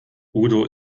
udo